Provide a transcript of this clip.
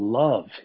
love